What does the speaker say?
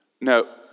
No